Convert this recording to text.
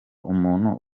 umuntu